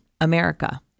America